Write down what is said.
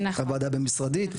ועדה בין-משרדית,